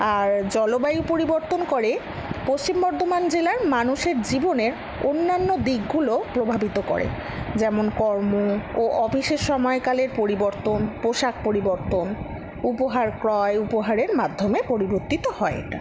আর জলবায়ু পরিবর্তন করে পশ্চিম বর্ধমান জেলার মানুষের জীবনের অন্যান্য দিকগুলো প্রভাবিত করে যেমন কর্ম ও অফিসের সময়কালের পরিবর্তন পোশাক পরিবর্তন উপহার ক্রয় উপহারের মাধ্যমে পরিবর্তিত হয় এটা